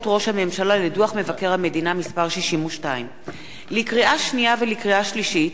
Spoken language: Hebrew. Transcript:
ראש הממשלה לדוח מבקר המדינה מס' 62. לקריאה שנייה ולקריאה שלישית: